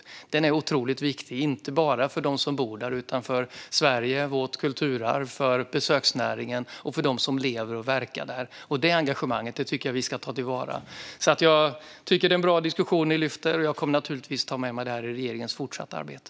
Skärgården är mycket viktig, inte bara för dem som bor, lever och verkar där utan för Sveriges kulturarv och besöksnäring. Detta engagemang ska vi ta till vara. Det har varit en bra debatt, och jag kommer givetvis att ta med mig detta i regeringens fortsatta arbete.